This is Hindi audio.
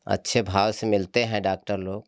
अच्छे भाव से मिलते हैं डाक्टर लोग